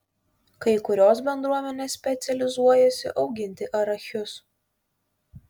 kai kurios bendruomenės specializuojasi auginti arachius